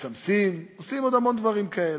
מסמסים ועושים עוד המון דברים כאלה.